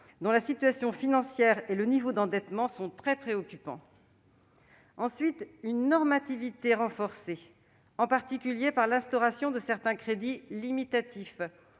dont la situation financière et le niveau d'endettement sont très préoccupants. Ensuite, elle instaure une normativité renforcée, en particulier par la mise en place de certains crédits limitatifs,